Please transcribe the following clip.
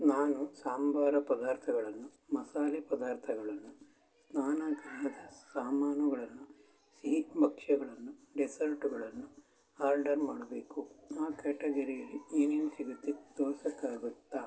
ನಾನು ಸಾಂಬಾರ ಪದಾರ್ಥಗಳನ್ನು ಮಸಾಲೆ ಪದಾರ್ಥಗಳನ್ನು ಸ್ನಾನ ಗೃಹದ ಸಾಮಾನುಗಳನ್ನು ಸಿಹಿ ಭಕ್ಷ್ಯಗಳನ್ನು ಡಿಸರ್ಟುಗಳನ್ನು ಆರ್ಡರ್ ಮಾಡಬೇಕು ಆ ಕ್ಯಾಟಗರಿಯಲ್ಲಿ ಏನೇನು ಸಿಗುತ್ತೆ ತೋರಿಸೋಕ್ಕಾಗುತ್ತಾ